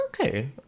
Okay